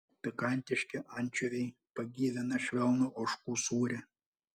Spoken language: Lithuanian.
pikantiški ančiuviai pagyvina švelnų ožkų sūrį